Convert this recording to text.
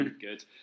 good